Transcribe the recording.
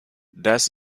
das